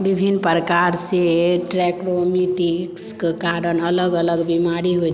विभिन्न प्रकारसँ ट्रैकोमैटिसके कारण अलग अलग बीमारी होयत